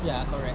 ya correct